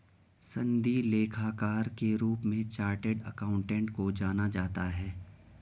सनदी लेखाकार के रूप में चार्टेड अकाउंटेंट को जाना जाता है